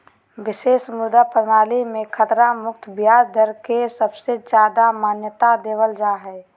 विशेष मुद्रा प्रणाली मे खतरा मुक्त ब्याज दर के सबसे ज्यादा मान्यता देवल जा हय